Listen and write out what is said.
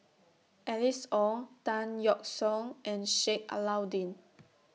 Alice Ong Tan Yeok Seong and Sheik Alau'ddin